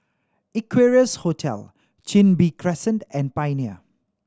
Equarius Hotel Chin Bee Crescent and Pioneer